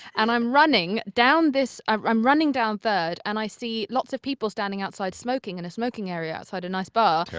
and i'm running down this i'm i'm running down third, and i see lots of people standing outside, smoking in a smoking area outside a nice bar.